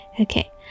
Okay